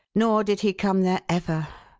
nor did he come there ever.